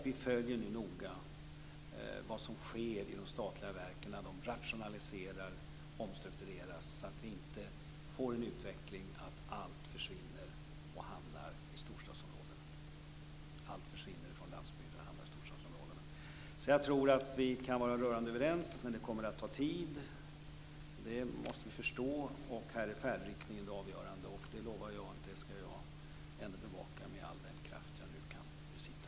Vi följer noga vad som sker i de statliga verken när de rationaliserar och omstrukturerar så att vi inte får en sådan utveckling att allt försvinner från landsbygden och hamnar i storstadsområdena. Jag tror alltså att vi kan vara rörande överens, men det kommer att ta tid. Det måste vi förstå. Här är färdriktningen det avgörande. Jag lovar att jag skall bevaka detta med all den kraft som jag kan besitta.